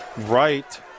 right